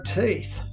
teeth